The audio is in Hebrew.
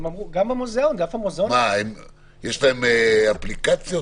יש להם אפליקציות?